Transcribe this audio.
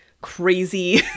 crazy